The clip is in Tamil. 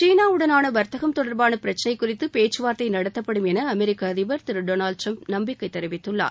சீனாவுடனான வர்த்தகம் தொடர்பான பிரச்சினை குறித்து பேச்சுவார்த்தை நடத்தப்படும் என அமெரிக்க அதிபர் திரு டொனால்டு டிரம்ப் நம்பிக்கை தெரிவித்துள்ளார்